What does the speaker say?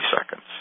seconds